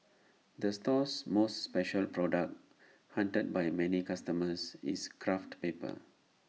the store's most special product hunted by many customers is craft paper